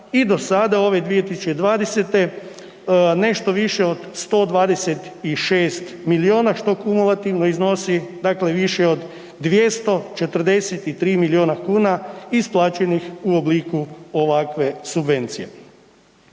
i do sada ove 2020. nešto više od 126 milijuna što kumulativno iznosi više od 243 milijuna kuna isplaćenih u obliku ovakve subvencije.